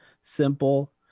simple